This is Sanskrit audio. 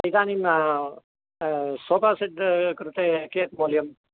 इदानीं सोफ़ा सेट् कृते कियत् मूल्यं